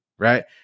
Right